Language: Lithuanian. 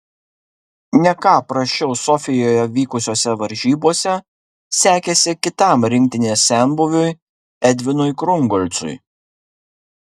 ne ką prasčiau sofijoje vykusiose varžybose sekėsi kitam rinktinės senbuviui edvinui krungolcui